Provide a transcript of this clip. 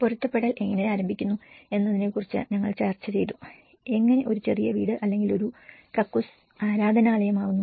പൊരുത്തപ്പെടുത്തൽ എങ്ങനെ ആരംഭിക്കുന്നു എന്നതിനെക്കുറിച്ച് ഞങ്ങൾ ചർച്ച ചെയ്തുഎങ്ങനെ ഒരു ചെറിയ വീട് അല്ലെങ്കിൽ ഒരു കക്കൂസ് ആരാധനാലയമാകുന്നു